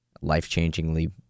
life-changingly